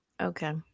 Okay